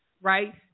right